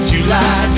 July